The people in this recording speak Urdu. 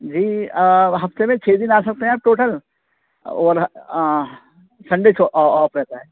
جی ہفتے میں چھ دن آ سکتے ہیں آپ ٹوٹل اور سنڈے آف رہتا ہے